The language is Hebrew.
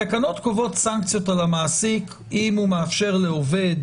התקנות קובעות סנקציות על המעסיק אם הוא מאפשר לעובד,